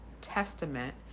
Testament